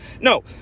No